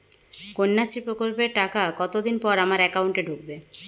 কন্যাশ্রী প্রকল্পের টাকা কতদিন পর আমার অ্যাকাউন্ট এ ঢুকবে?